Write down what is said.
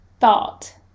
thought